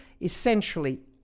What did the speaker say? essentially